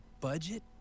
budget